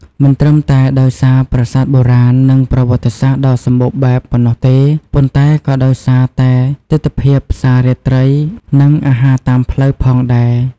មិនត្រឹមតែដោយសារប្រាសាទបុរាណ និងប្រវត្តិសាស្ត្រដ៏សម្បូរបែបប៉ុណ្ណោះទេ ប៉ុន្តែក៏ដោយសារតែទិដ្ឋភាពផ្សាររាត្រី និងអាហារតាមផ្លូវផងដែរ។